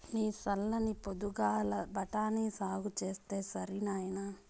నీ చల్ల పొద్దుగాల బఠాని సాగు చేస్తే సరి నాయినా